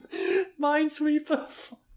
Minesweeper